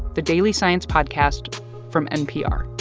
the daily science podcast from npr